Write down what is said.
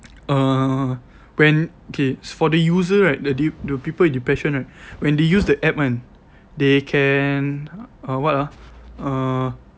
uh when kay it's for the user right the the the people with depression right when they use the app kan they can uh what ah uh